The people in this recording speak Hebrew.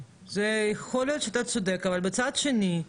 יכול להיות שאתה צודק, אבל מצד שני,